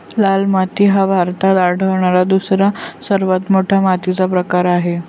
लाल माती हा भारतात आढळणारा दुसरा सर्वात मोठा मातीचा वर्ग आहे